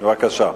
בבקשה.